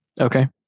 Okay